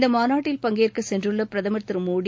இந்த மாநாட்டில் பங்கேற்க சென்றுள்ள பிரதமர் திரு மோடி